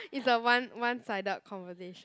is a one one sided conversation